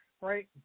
right